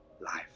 Life